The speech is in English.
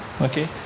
okay